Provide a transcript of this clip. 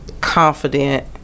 confident